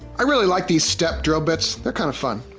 i really like these step drill bits, they're kinda fun.